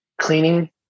cleaning